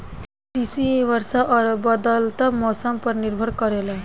कृषि वर्षा और बदलत मौसम पर निर्भर करेला